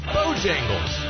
Bojangles